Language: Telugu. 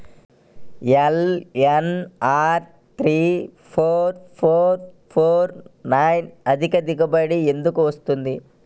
LNR three four four four nine అధిక దిగుబడి ఎందుకు వస్తుంది?